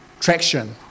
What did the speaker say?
traction